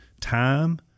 time